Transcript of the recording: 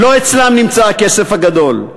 לא אצלם נמצא הכסף הגדול.